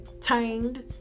tamed